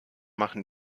machen